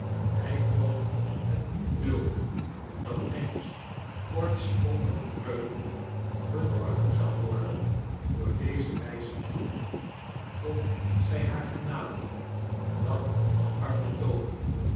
hij kon het niet dulden dat meggy's kortstondige vreugde bedorven zou worden door deze wijze heeren god zij haar genadig dacht de arme toby